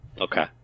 okay